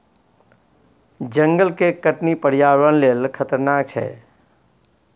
जंगल के कटनी पर्यावरण लेल खतरनाक छै